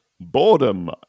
boredom